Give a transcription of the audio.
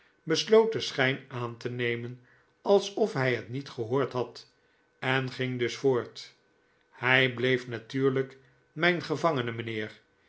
den schijn aan te nemen alsof hij het niet gehoord had en ging dus voort hij bleef natuurlijk mijn gevangene mijnheer